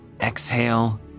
Exhale